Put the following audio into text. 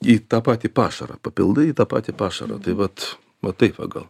į tą patį pašarą papildai į tą patį pašarą tai vat va taip va gal